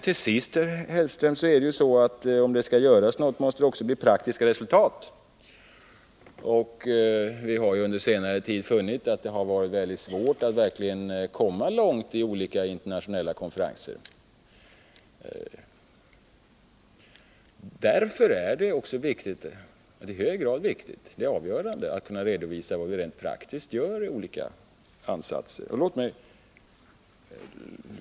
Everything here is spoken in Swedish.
Till sist, Mats Hellström, om det skall göras något måste det också bli praktiska resultat. Vi har under senare tid funnit det mycket svårt att komma långt i olika internationella konferenser. Därför är det avgörande att kunna redovisa vad vi rent praktiskt gör i form av olika ansatser.